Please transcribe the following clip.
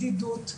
בדידות,